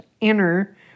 inner